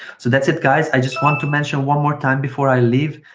so that's it guys. i just want to mention one more time before i leave.